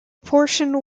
portion